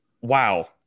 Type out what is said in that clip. Wow